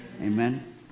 Amen